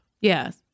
Yes